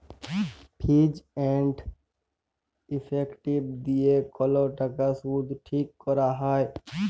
fees and effective দিয়ে কল টাকার শুধ ঠিক ক্যরা হ্যয়